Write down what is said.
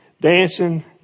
dancing